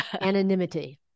anonymity